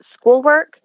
schoolwork